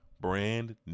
brand